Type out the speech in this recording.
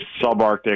subarctic